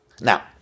Now